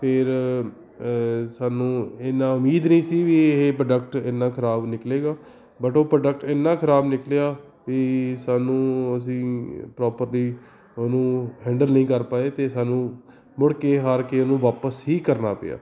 ਫਿਰ ਸਾਨੂੰ ਇੰਨਾ ਉਮੀਦ ਨਹੀਂ ਸੀ ਵੀ ਇਹ ਪ੍ਰੋਡਕਟ ਇੰਨਾ ਖਰਾਬ ਨਿਕਲੇਗਾ ਬਟ ਉਹ ਪ੍ਰੋਡਕਟ ਇੰਨਾ ਖਰਾਬ ਨਿਕਲਿਆ ਵੀ ਸਾਨੂੰ ਅਸੀਂ ਪ੍ਰੋਪਰਲੀ ਉਹਨੂੰ ਹੈਂਡਲ ਨਹੀਂ ਕਰ ਪਾਏ ਅਤੇ ਸਾਨੂੰ ਮੁੜ ਕੇ ਹਾਰ ਕੇ ਉਹਨੂੰ ਵਾਪਸ ਹੀ ਕਰਨਾ ਪਿਆ